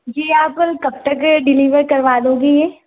जी आप कब तक डिलिवर करवा दोगे ये